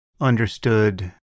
understood